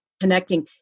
connecting